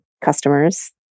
customers